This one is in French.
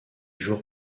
jours